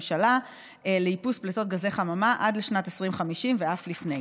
המשרד להגנת הסביבה יחד עם השותפים הרלוונטיים